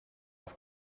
auf